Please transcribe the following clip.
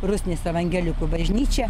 rusnės evangelikų bažnyčią